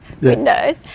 windows